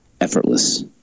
effortless